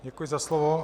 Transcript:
Děkuji za slovo.